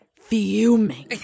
fuming